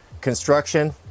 Construction